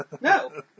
No